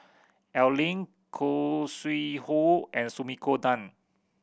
Al Lim Khoo Sui Hoe and Sumiko Tan